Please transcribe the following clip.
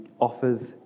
offers